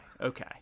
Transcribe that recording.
okay